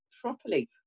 properly